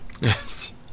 Yes